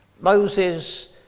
Moses